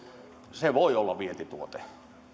se voi olla vientituote